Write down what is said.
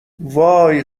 وای